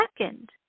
second